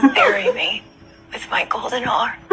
bury me with my golden arm